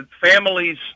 families